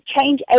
change